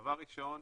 דבר ראשון,